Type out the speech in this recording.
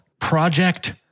Project